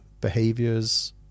behaviors